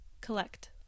Collect